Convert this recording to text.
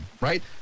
right